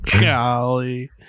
Golly